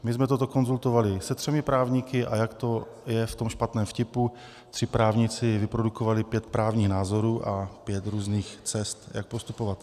My jsme toto konzultovali se třemi právníky, a jak to je v tom špatném vtipu, tři právníci vyprodukovali pět právních názorů a pět různých cest, jak postupovat.